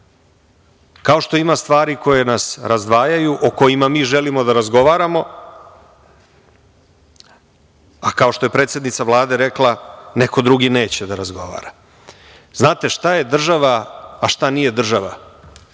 Kao što ima stvari koje nas razdvajaju, o kojima mi želimo da razgovaramo, a kao što je predsednica Vlade rekla, neko drugi neće da razgovara. Znate, šta je država, a šta nije država,